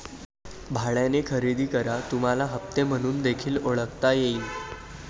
भाड्याने खरेदी करा तुम्हाला हप्ते म्हणून देखील ओळखता येईल